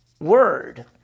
word